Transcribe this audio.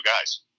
guys